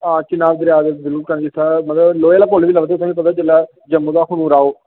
हां चिनाब दरेआ दे बिल्कुल कन्नै जित्थै मतलब लोहे आह्ला पुल बी लभदा जिसलै जम्मू दा अखनूर आओ